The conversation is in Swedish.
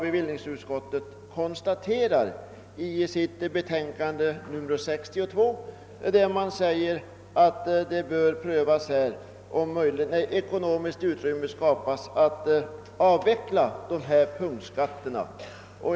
Bevillningsutskottet konstaterar detsamma i år i sitt betänkande nr 62 där det framhålles, att en avveckling av punktskatterna bör prövas när »ekonomiskt utrymme» skapats.